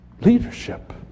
Leadership